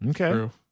Okay